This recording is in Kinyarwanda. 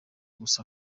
gusa